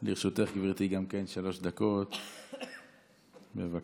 גם לרשותך, גברתי, שלוש דקות, בבקשה.